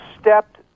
stepped